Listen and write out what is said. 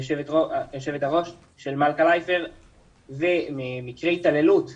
יושבת הראש, של מלכה לייפר ומקרי התעללות בילדים,